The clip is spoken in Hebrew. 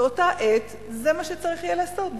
ובאותה עת זה מה שצריך יהיה לעשות,